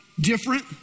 different